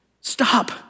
Stop